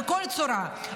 בכל צורה,